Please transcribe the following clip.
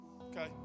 okay